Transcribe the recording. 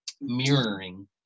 mirroring